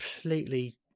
completely